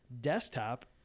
desktop